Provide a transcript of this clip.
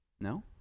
No